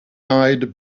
eyed